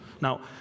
Now